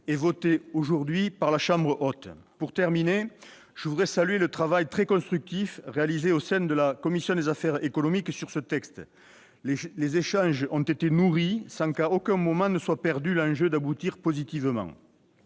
et votés aujourd'hui par la Haute Assemblée. Pour terminer, je veux saluer le travail très constructif réalisé au sein de la commission des affaires économiques sur ce texte. Les échanges ont été nourris, sans qu'à aucun moment soit perdu l'enjeu d'aboutir positivement.